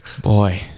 boy